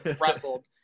wrestled